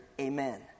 amen